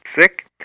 sick